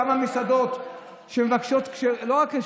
כמה מסעדות מבקשות לא רק כשרות,